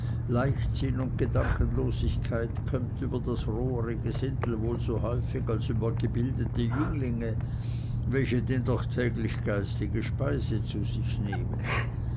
leichtsinn und gedankenlosigkeit kömmt über das rohere gesindel wohl so häufig als über gebildete jünglinge welche denn doch täglich geistige speise zu sich nehmen